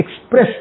express